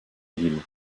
ville